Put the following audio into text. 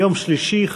יום שלישי,